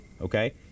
okay